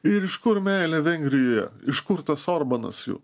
ir iš kur meilė vengrijoje iš kur tas orbanas jų